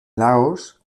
laos